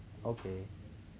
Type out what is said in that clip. okay